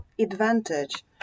advantage